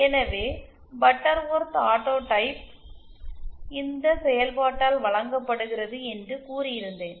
எனவே Butterworth autotype இந்த செயல்பாட்டால் வழங்கப்படுகிறது என்று கூறி இருந்தேன்